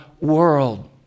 world